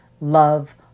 love